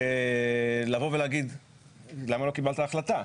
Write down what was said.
לבוא ולהגיד למה לא קיבלת החלטה.